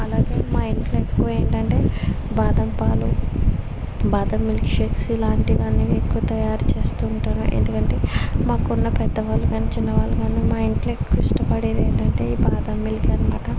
అలాగే మా ఇంట్లో ఎక్కువ ఏంటంటే బాదం పాలు బాదం మిల్క్షేక్స్ ఇలాంటివన్నీ ఎక్కువ తయారు చేస్తుంటాను ఎందుకంటే మాకున్న పెద్దవాళ్ళు చిన్నవాళ్ళు కానీ మా ఇంట్లో ఎక్కువ ఇష్టపడేది ఏంటంటే ఈ బాదం మిల్క్ అన్నమాట